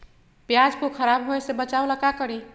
प्याज को खराब होय से बचाव ला का करी?